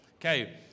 Okay